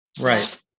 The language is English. Right